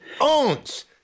Owns